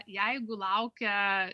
jeigu laukia